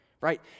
Right